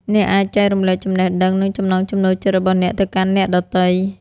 អ្នកអាចចែករំលែកចំណេះដឹង និងចំណង់ចំណូលចិត្តរបស់អ្នកទៅកាន់អ្នកដទៃ។